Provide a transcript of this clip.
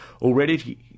Already